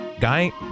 guy